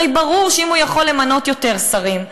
הרי ברור שאם הוא יכול למנות יותר שרים,